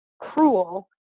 cruel